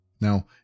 Now